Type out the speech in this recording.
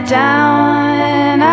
down